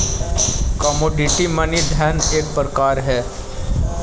commodity money धन के एक प्रकार हई